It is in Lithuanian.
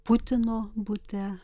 putino bute